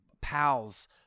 pals